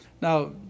Now